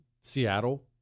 Seattle